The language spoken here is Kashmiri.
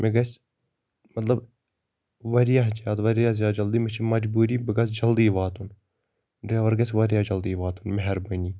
مےٚ گژھِ مطلب واریاہ زیادٕ واریاہ زیادٕ جلدی مےٚ چھےٚ مجبوٗری بہٕ گژھٕ جلدی واتُن ڈرٛایوَر گژھِ واریاہ جلدی واتُن مہربٲنی